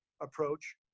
approach